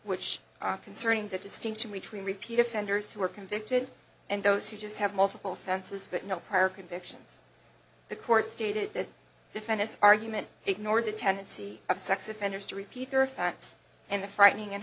which concerning the distinction between repeat offenders who are convicted and those who just have multiple offenses but no prior convictions the court stated that defendants argument ignored the tendency of sex offenders to repeat their offense and the frightening and